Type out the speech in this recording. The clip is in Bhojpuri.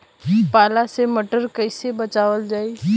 पाला से मटर कईसे बचावल जाई?